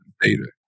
data